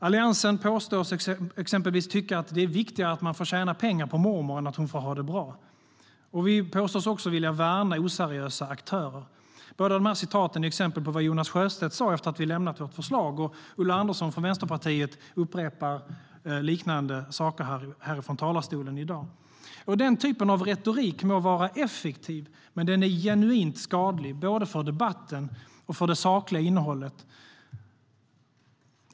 Alliansen påstås exempelvis tycka att det är viktigare att man får tjäna pengar på mormor än att hon får ha det bra. Vi påstås även vilja värna oseriösa aktörer. Båda dessa påståenden är exempel på vad Jonas Sjöstedt sa efter att vi lämnat vårt förslag, och Ulla Andersson från Vänsterpartiet upprepar liknande saker från talarstolen här i dag. Den typen av retorik må vara effektiv, men den är genuint skadlig både för debatten och för det sakliga innehållet.